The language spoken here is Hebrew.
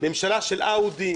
ממשלה של אאודי,